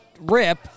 Rip